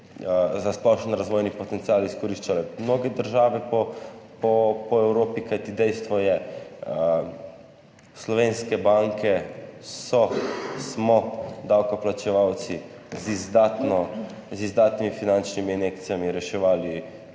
za splošen razvojni potencial izkoriščale mnoge države po Evropi, kajti dejstvo je, da smo slovenske banke davkoplačevalci z izdatnimi finančnimi injekcijami reševali